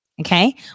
okay